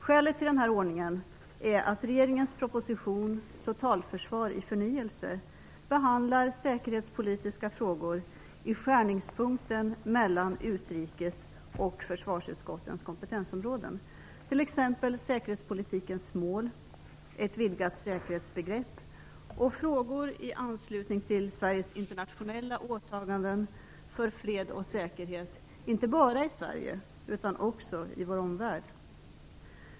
Skälet till den här ordningen är att regeringens proposition Totalförsvar i förnyelse behandlar säkerhetspolitiska frågor i skärningspunkten mellan utrikes och försvarsutskottens kompetensområden, t.ex. säkerhetspolitikens mål, ett vidgat säkerhetsbegrepp och frågor i anslutning till Sveriges internationella åtaganden för fred och säkerhet inte bara i Sverige utan också i vår omvärld.